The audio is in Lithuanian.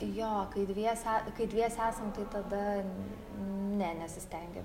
jo kai dviese e kai dviese esam tai tada ne nesistengia